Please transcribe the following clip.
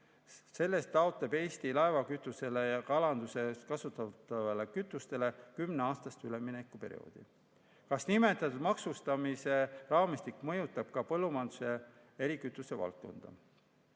Selles taotleb Eesti laevakütusele ja kalanduses kasutatavale kütusele kümneaastast üleminekuperioodi. Kas nimetatud maksustamise raamistik mõjutab ka põllumajanduse erikütuse valdkonda?